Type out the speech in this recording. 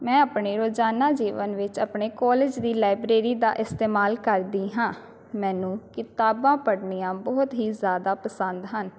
ਮੈਂ ਆਪਣੇ ਰੋਜ਼ਾਨਾ ਜੀਵਨ ਵਿੱਚ ਆਪਣੇ ਕੋਲਜ ਦੀ ਲਾਇਬ੍ਰੇਰੀ ਦਾ ਇਸਤੇਮਾਲ ਕਰਦੀ ਹਾਂ ਮੈਨੂੰ ਕਿਤਾਬਾਂ ਪੜ੍ਹਨੀਆਂ ਬਹੁਤ ਹੀ ਜ਼ਿਆਦਾ ਪਸੰਦ ਹਨ